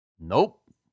Nope